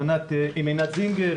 עם עינת זינגר,